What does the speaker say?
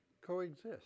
coexist